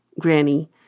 granny